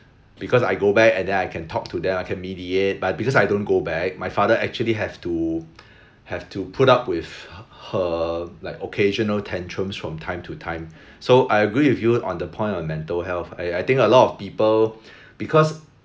because I go back and then I can talk to them I can mediate but because I don't go back my father actually have to have to put up with he~ her like occasional tantrums from time to time so I agree with you on the point on mental health I I think a lot of people because